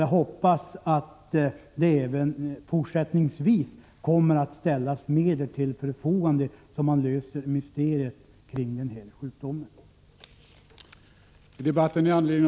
Jag hoppas att det även fortsättningsvis kommer att ställas medel till förfogande, så att mysteriet med sjukdomen löses.